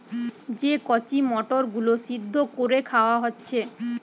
যে কচি মটর গুলো সিদ্ধ কোরে খাওয়া হচ্ছে